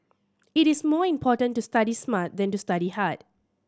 it is more important to study smart than to study hard